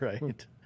Right